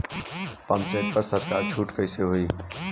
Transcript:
Pump set पर सरकार छूट कईसे होई?